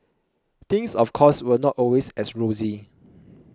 things of course were not always as rosy